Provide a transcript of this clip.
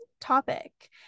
topic